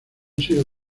sido